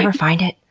and find it?